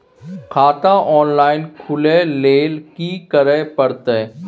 खाता ऑनलाइन खुले ल की करे परतै?